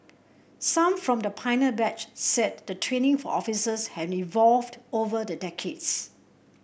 some from the batch said the training for officers evolved over the decades